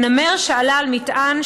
ונמ"ר שעלה על מטען,